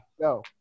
Go